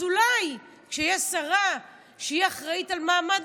אז אולי כשתהיה שרה שהיא אחראית על מעמד